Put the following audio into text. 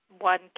one